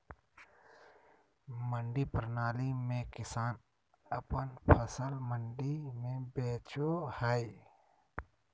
मंडी प्रणाली में किसान अपन फसल मंडी में बेचो हय